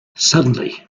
suddenly